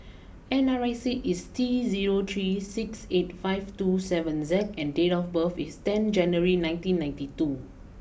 N R I C is T zero three six eight five two seven Z and date of birth is ten January nineteen ninety two